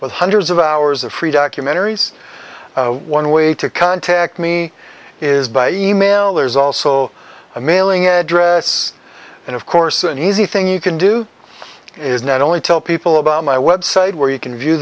with hundreds of hours of free documentaries one way to contact me is by email there is also a mailing address and of course an easy thing you can do is not only tell people about my website where you can view